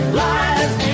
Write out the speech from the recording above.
lies